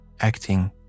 acting